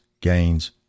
gains